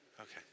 Okay